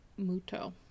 Muto